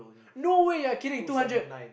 no way you're kidding two hundred